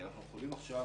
כי עכשיו